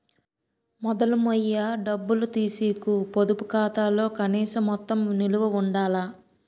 మొదలు మొయ్య డబ్బులు తీసీకు పొదుపు ఖాతాలో కనీస మొత్తం నిలవ ఉండాల